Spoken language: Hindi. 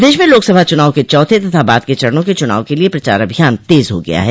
प्रदेश में लोकसभा चुनाव के चौथे तथा बाद के चरणों के चुनाव के लिये प्रचार अभियान तेज हो गया है